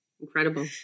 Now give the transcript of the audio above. incredible